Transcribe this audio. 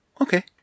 okay